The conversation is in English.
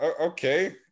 okay